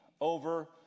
over